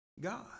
god